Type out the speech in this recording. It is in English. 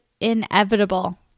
inevitable